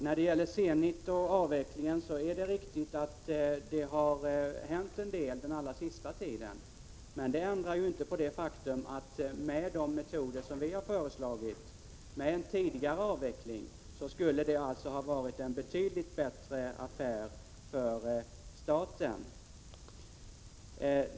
När det gäller Zenit och avvecklingen är det riktigt att det har hänt en del den allra senaste tiden, men det ändrar inte det faktum att med de metoder som vi har föreslagit, med en tidigare avveckling, skulle det ha varit en betydligt bättre affär för staten.